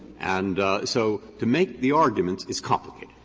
and so to make the arguments is complicated.